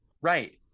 Right